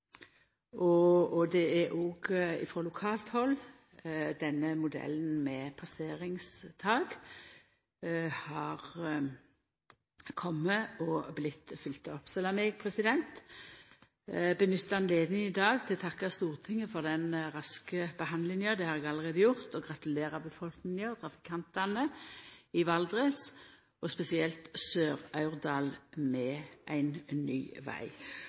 dette mogleg. Det er òg frå lokalt hald denne modellen med passeringstak har kome og vorte følgd opp. Lat meg nytta høvet i dag til å takka Stortinget for den raske behandlinga – det har eg alt gjort – og gratulera befolkninga og trafikantane i Valdres, og spesielt Sør-Aurdal, med ein ny veg.